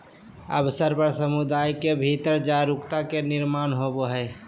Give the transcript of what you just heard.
अवसर पर समुदाय के भीतर जागरूकता के निर्माण होबय हइ